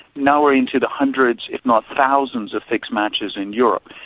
now we're into the hundreds, if not thousands of fixed matches in europe.